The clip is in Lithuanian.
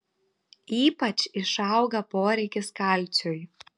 ypač išauga poreikis kalciui